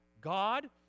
God